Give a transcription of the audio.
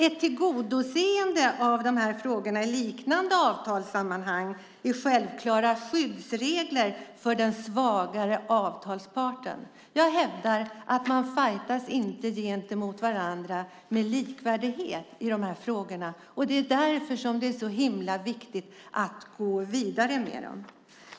Ett tillgodoseende av de här frågorna i liknande avtalssammanhang är självklara skyddsregler för den svagare avtalsparten. Jag hävdar att man inte fajtas gentemot varandra på lika villkor i de här frågorna. Det är därför som det är så himla viktigt att gå vidare med dem.